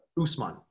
Usman